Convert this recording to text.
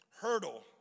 hurdle